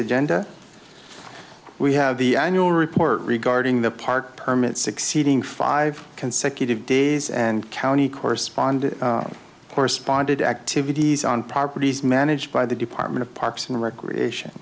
agenda we have the annual report regarding the park permit succeeding five consecutive days and county correspond corresponded activities on properties managed by the department of parks and recreation